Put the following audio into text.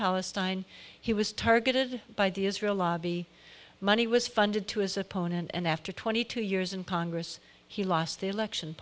palestine he was targeted by the israel lobby money was funded to his opponent and after twenty two years in congress he lost the election